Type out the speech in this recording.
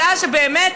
הצעה שבאמת,